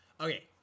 Okay